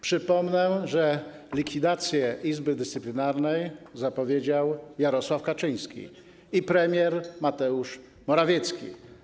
Przypomnę, że likwidację Izby Dyscyplinarnej zapowiedzieli Jarosław Kaczyński i premier Mateusz Morawiecki.